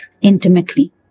intimately